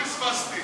חוק ומשפט נתקבלה.